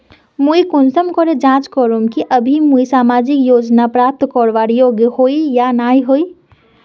मुई कुंसम करे जाँच करूम की अभी मुई सामाजिक योजना प्राप्त करवार योग्य होई या नी होई?